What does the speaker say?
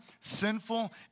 sinful